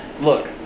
look